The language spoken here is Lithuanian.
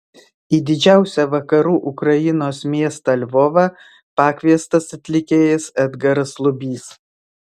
į didžiausią vakarų ukrainos miestą lvovą pakviestas atlikėjas edgaras lubys